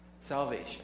salvation